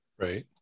Right